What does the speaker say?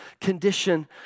condition